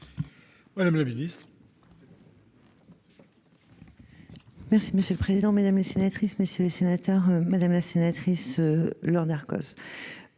Mme la ministre.